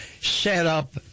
setup